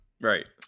Right